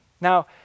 Now